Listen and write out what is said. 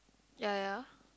ya ya